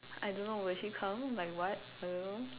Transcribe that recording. I don't know will she come like what I don't know